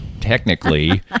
technically